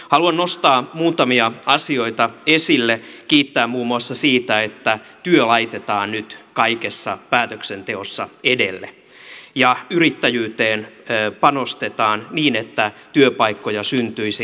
haluan nostaa muutamia asioita esille kiittää muun muassa siitä että työ laitetaan nyt kaikessa päätöksenteossa edelle ja yrittäjyyteen panostetaan niin että työpaikkoja syntyisi